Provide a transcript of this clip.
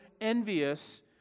envious